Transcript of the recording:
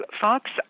Fox